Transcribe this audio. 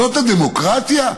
זאת הדמוקרטיה?